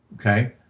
okay